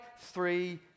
three